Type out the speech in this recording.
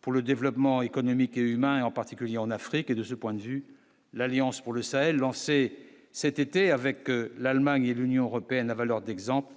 pour le développement économique et humain, en particulier en Afrique et de ce point de vue, l'Alliance pour le Sahel lancée cet été avec l'Allemagne et l'Union européenne a valeur d'exemple